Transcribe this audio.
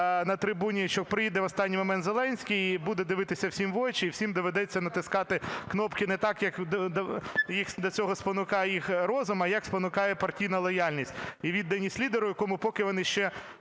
на трибуні, що приїде в останній момент Зеленський і буде дивитися всім в очі, і всім доведеться натискати кнопки не так, як їх до цього спонукає їх розум, а як спонукає партійна лояльність і відданість лідеру, якому поки вони ще